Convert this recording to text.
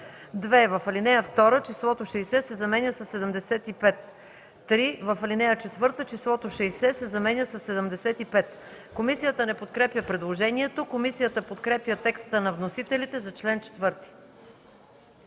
2. в ал. 2 числото „60” се заменя със „75”; 3. в ал. 4 числото „60” се заменя със „75”. Комисията не подкрепя предложението. Комисията подкрепя текста на вносителите за чл. 4.